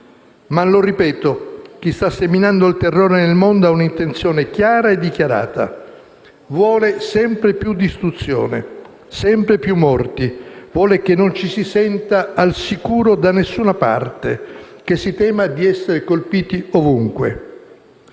Lo ripeto, chi sta seminando il terrore nel mondo ha un'intenzione chiara e dichiarata: vuole sempre più distruzione, sempre più morti. Vuole che non ci si senta al sicuro da nessuna parte, che si tema di essere colpiti ovunque.